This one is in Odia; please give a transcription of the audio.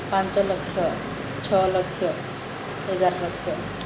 ପାଞ୍ଚଲକ୍ଷ ଛଅ ଲକ୍ଷ ଏଗାର ଲକ୍ଷ